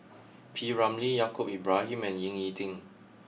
P Ramlee Yaacob Ibrahim and Ying E Ding